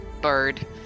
bird